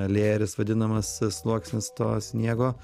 lėjeris vadinamas sluoksnis to sniego